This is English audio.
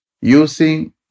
using